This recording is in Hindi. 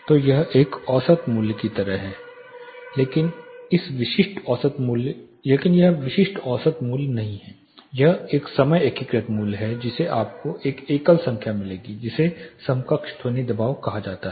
तो यह एक औसत मूल्य की तरह है लेकिन यह विशिष्ट औसत मूल्य नहीं है यह एक समय एकीकृत मूल्य है जिसे आपको एक एकल संख्या मिलेगी जिसे समकक्ष ध्वनि दबाव कहा जाता है